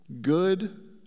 good